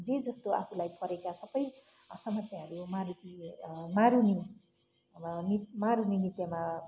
जे जस्तो आफूलाई परेका सबै समस्याहरू मारुनी मारुनी अब नृत् मारुनी नृत्यमा